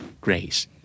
Grace